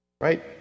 Right